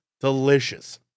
delicious